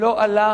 לא עלה